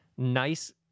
nice